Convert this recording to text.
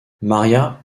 maria